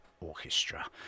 Orchestra